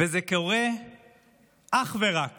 וזה קורה אך ורק